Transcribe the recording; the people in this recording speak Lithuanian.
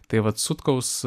tai vat sutkaus